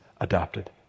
adopted